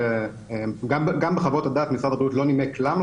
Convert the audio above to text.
גם בחוות הדעת משרד הבריאות לא נימק למה.